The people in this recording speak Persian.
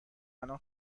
الان